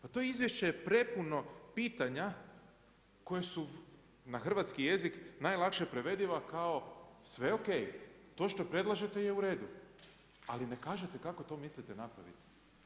Pa to izvješće je prepuno pitanja koji su na hrvatski jezik, najlakše prevediva kao sve ok, to što predlažete je u redu, ali ne kažete kako to mislite napraviti.